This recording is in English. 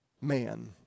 man